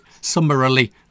summarily